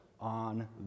on